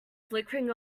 flickering